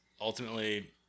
ultimately